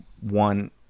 One